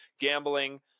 gambling